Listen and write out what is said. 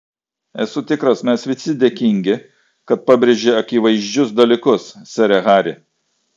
esu tikras mes visi dėkingi kad pabrėži akivaizdžius dalykus sere hari